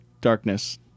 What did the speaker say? darkness